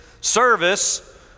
service